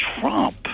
Trump